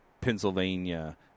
Pennsylvania